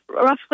roughly